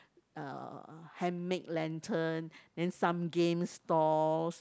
uh handmade lantern then some game stalls